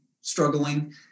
struggling